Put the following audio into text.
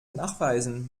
nachweisen